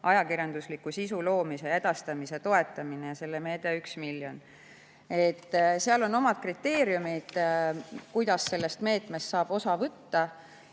ajakirjandusliku sisu loomise ja edastamise toetamine. See meede on 1 miljon eurot. Seal on oma kriteeriumid, kuidas sellest meetmest saab osa võtta,